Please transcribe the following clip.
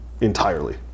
entirely